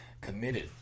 committed